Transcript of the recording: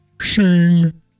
sing